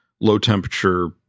low-temperature